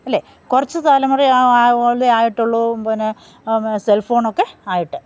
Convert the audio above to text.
അല്ലേ കുറച്ച് തലമുറയാ അല്ലേ ആയിട്ടുള്ളൂ പിന്നെ സെൽഫോണൊക്കെ ആയിട്ട്